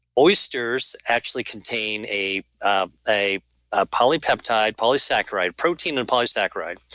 oysters actually contain a a ah polypeptide polysaccharide protein and polysaccharide.